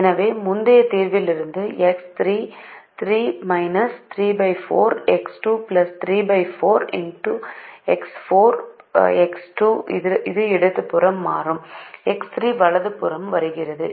எனவே முந்தைய தீர்விலிருந்து X 3 3 34 X 2 34 X4 X 2 இடது புறமும் மற்றும் X3 வலது புறமும் வருகிறது